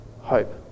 hope